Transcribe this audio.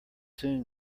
soon